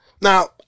Now